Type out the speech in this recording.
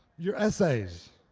your essays.